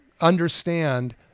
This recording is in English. understand